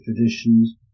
traditions